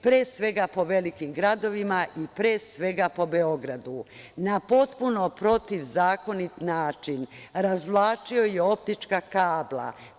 Pre svega, po velikim gradovima i pre svega po Beogradu na potpuno protivzakonit način razvlačio je optičke kablove.